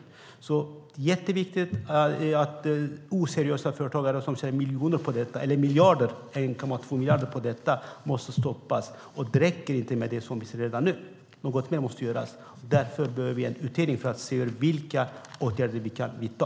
Det är jätteviktigt att oseriösa företagare som tjänar 1,2 miljarder på detta stoppas. Det räcker inte med det som finns redan nu, utan något mer måste göras. Därför behöver vi en utredning för att se vilka åtgärder vi kan vidta.